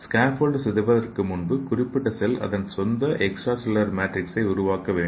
scaffold சிதைவதற்கு முன்பு குறிப்பிட்ட செல் அதன் சொந்த எக்ஸ்ட்ரா செல்லுலார் மேட்ரிக்ஸை உருவாக்க வேண்டும்